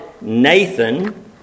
Nathan